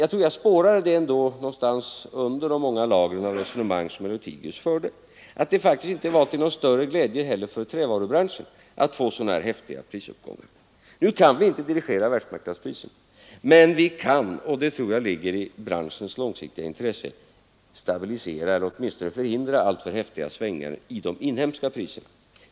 Jag tror att jag ändå under de många lager av resonemang, som herr Lothigius förde, fann en förståelse även hos honom för att det faktiskt inte är till någon större glädje heller för trävarubranschen att få sådana här häftiga prisuppgångar. Nu kan vi inte dirigera världsmarknadspriserna, men vi kan — och det tror jag ligger i branschens långsiktiga intresse — stabilisera eller åtminstone förhindra alltför häftiga svängningar i de inhemska priserna.